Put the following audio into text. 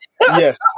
Yes